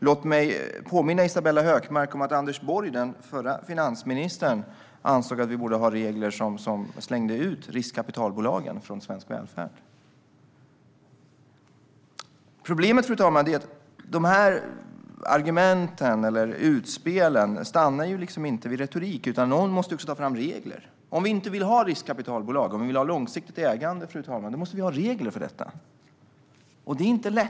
Låt mig också påminna Isabella Hökmark om att Anders Borg, den förra finansministern, ansåg att vi borde ha regler som slängde ut riskkapitalbolagen från svensk välfärd. Problemet, fru ålderspresident, är att dessa argument, eller dessa utspel, inte stannar vid retorik. Någon måste ju också ta fram regler. Om vi inte vill ha riskkapitalbolag - om vi vill ha långsiktigt ägande - måste vi ha regler för detta. Det här är inte lätt.